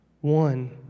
One